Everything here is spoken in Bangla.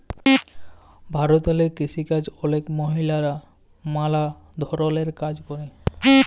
ভারতেল্লে কিসিকাজে অলেক মহিলারা ম্যালা ধরলের কাজ ক্যরে